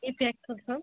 हे पॅक करसाल